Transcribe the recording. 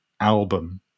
album